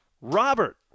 Robert